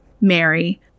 Mary